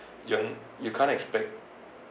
ya you can't expect